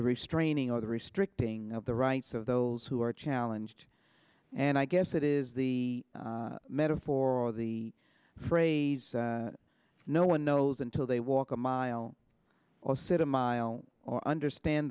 the restraining order restricting the rights of those who are challenged and i guess that is the metaphor of the phrase no one knows until they walk a mile or sit a mile or understand